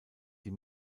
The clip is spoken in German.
die